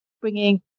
bringing